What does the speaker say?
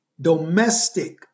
domestic